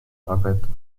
arbeit